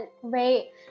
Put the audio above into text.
Great